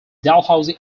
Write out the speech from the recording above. dalhousie